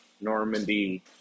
Normandy